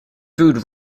food